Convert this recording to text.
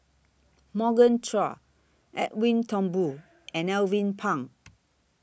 Morgan Chua Edwin Thumboo and Alvin Pang